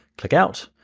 click out,